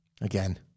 again